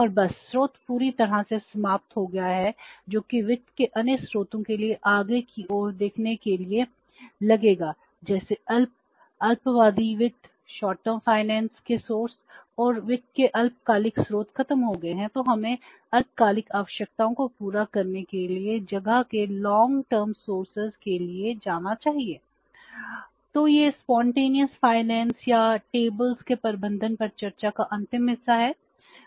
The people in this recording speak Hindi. तो यह सहज वित्त का प्रबंधन है